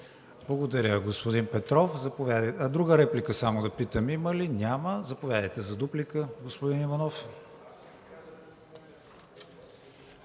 Благодаря, господин Петров. Друга реплика има ли? Няма. Заповядайте за дуплика, господин Иванов.